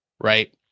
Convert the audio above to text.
Right